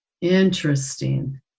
Interesting